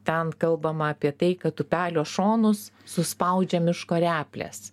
ten kalbama apie tai kad upelio šonus suspaudžia miško replės